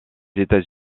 états